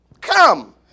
Come